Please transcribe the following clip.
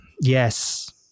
yes